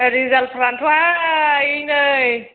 रिजाल्टफ्रानोथ'हाय नै